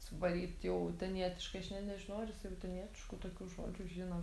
suvaryt jau utenietiškai aš net nežinau ar jisai utenietiškų tokių žodžių žino